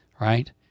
right